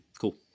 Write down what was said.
Cool